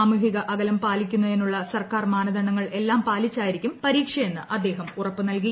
സാമൂഹിക അകലം പാലിക്കുന്നതിനുള്ള സർക്കാർ മാനദണ്ഡങ്ങൾ എല്ലാം പാലിച്ചായിരിക്കും പരീക്ഷയെന്ന് അദ്ദേഹം ഉറപ്പു നൽകി